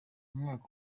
umwaka